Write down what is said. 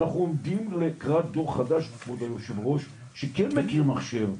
אנחנו עומדים על דור חדש שכן יודעים את המחשב,